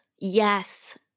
Yes